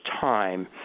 time